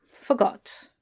forgot